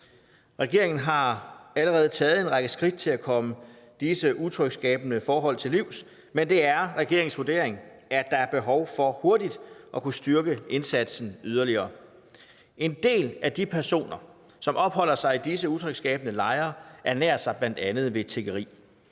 Regeringen har allerede taget en række skridt til at komme disse utryghedsskabende forhold til livs, men det er regeringens vurdering, at der er behov for hurtigt at kunne styrke indsatsen yderligere. En del af de personer, som opholder sig i disse utryghedsskabende lejre, ernærer sig bl.a. ved tiggeri.